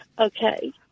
Okay